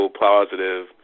positive